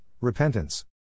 repentance